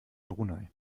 brunei